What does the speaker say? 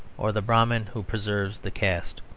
or the brahmin who preserves the caste.